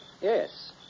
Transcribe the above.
yes